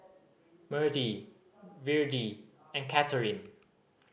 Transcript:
Mertie Virdie and Katherin